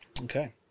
Okay